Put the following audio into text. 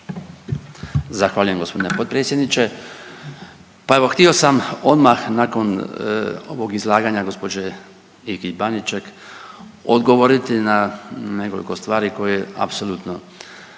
Zahvaljujem gospodine potpredsjedniče. Pa evo htio sam odmah nakon ovog izlaganja gospođe Ikić Baniček odgovoriti na nekoliko stvari koje apsolutno